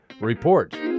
Report